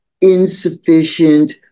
insufficient